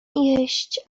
jeść